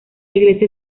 iglesia